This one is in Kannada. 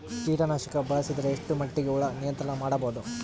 ಕೀಟನಾಶಕ ಬಳಸಿದರ ಎಷ್ಟ ಮಟ್ಟಿಗೆ ಹುಳ ನಿಯಂತ್ರಣ ಮಾಡಬಹುದು?